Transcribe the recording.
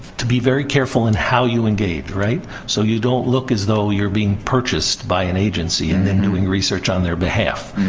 to be very careful in how you engage. so, you don't look as though you're being purchased by an agency and then doing research on their behalf.